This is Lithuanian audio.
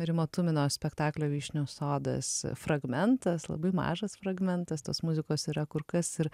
rimo tumino spektaklio vyšnių sodas fragmentas labai mažas fragmentas tos muzikos yra kur kas ir